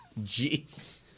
Jeez